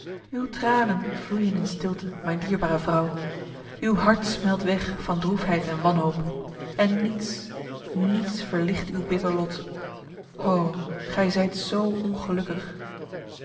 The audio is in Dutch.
uw tranen vloeien in stilte mijn dierbare vrouw uw hart smelt weg van droefheid en wanhoop en niets niets verlicht uw bitter lot ho gij zijt zo ongelukkig